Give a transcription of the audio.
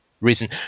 reason